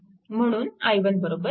म्हणून i1 4A